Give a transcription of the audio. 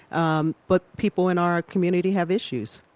um but people in our community have issues.